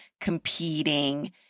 competing